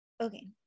Okay